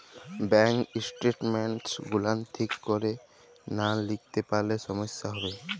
bank statements গুলান ঠিক ক্যরে লা লিখলে পারে সমস্যা হ্যবে